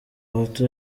bahutu